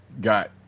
got